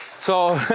so.